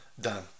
done